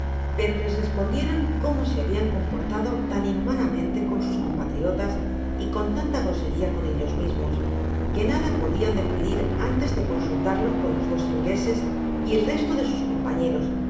pero les respondieron como se habian comporta do tau inhumanamente con sus compatriotas y con tanta groseria con ellos mismos que nada padian decidir antes de consultarlo con los dos ingleses y el resto de sus com